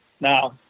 Now